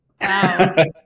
Wow